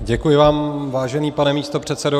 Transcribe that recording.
Děkuji vám, vážený pane místopředsedo.